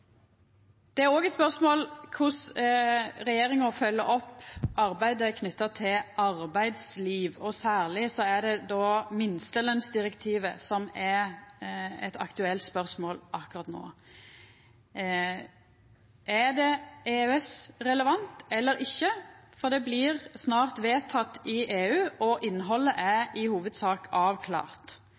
Det er òg eit spørsmål korleis regjeringa følgjer opp arbeidet knytt til arbeidsliv. Særleg er det minstelønsdirektivet som er eit aktuelt spørsmål akkurat no. Er det EØS-relevant eller ikkje? Det blir snart vedteke i EU, og innhaldet er i hovudsak avklart.